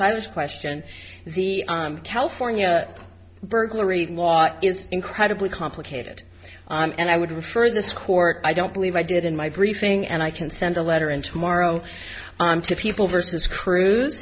is question the california burglary law is incredibly complicated and i would refer this court i don't believe i did in my briefing and i can send a letter in tomorrow to people versus cru